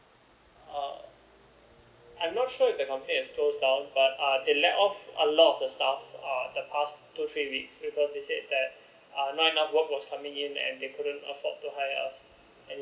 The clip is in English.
uh I'm not sure if the company has closed down but uh they let off a lot of the staff the past two three weeks later because they said that not enough work was coming in and they couldn't afford to hire us and